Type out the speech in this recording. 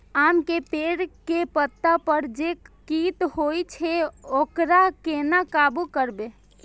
आम के पेड़ के पत्ता पर जे कीट होय छे वकरा केना काबू करबे?